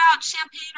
champagne